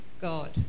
God